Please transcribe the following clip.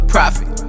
Profit